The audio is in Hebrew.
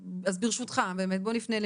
אז ברשותך באמת חבר הכנסת מרעי,